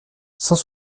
cent